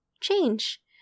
Change